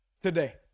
today